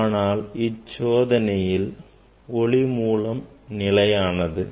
ஆனால் இச்சோதனையில் ஒளிமூலம் நிலையானது